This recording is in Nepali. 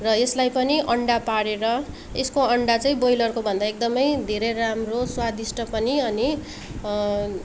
र यसलाई पनि अन्डा पारेर यसको अन्डा चाहिँ बोइलरको भन्दा एकदमै धेरै राम्रो स्वादिष्ट पनि अनि